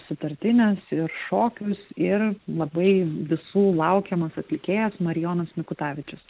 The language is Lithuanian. sutartines ir šokius ir labai visų laukiamas atlikėjas marijonas mikutavičius